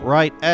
Right